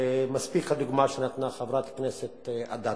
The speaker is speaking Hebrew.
מספיקה הדוגמה שנתנה חברת הכנסת אדטו.